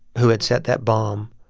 who had set that bomb,